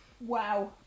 Wow